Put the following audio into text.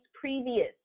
previous